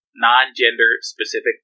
non-gender-specific